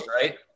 right